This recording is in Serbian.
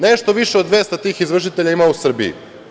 Nešto više od 200 tih izvršitelja ima u Srbiji.